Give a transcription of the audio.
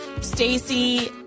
Stacy